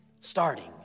starting